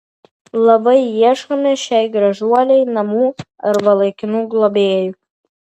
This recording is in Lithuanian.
labai ieškome šiai gražuolei namų arba laikinų globėjų